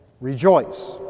rejoice